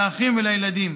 לאחים ולילדים,